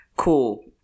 Cool